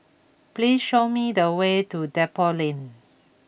please show me the way to Depot Lane